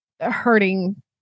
hurting